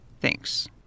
Thanks